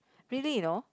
really you know